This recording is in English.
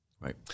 Right